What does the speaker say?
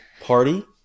party